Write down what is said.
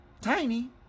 tiny